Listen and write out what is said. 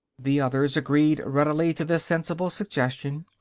the others agreed readily to this sensible suggestion,